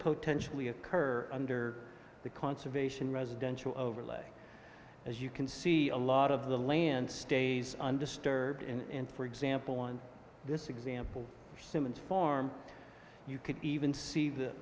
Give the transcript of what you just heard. potentially occur under the conservation residential overlay as you can see a lot of the land stays undisturbed in for example on this example or cement farm you could even see the